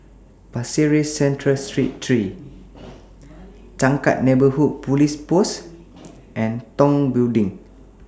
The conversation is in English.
Pasir Ris Central Street three Changkat Neighbourhood Police Post and Tong Building